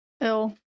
ill